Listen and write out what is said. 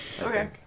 Okay